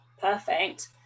perfect